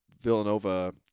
Villanova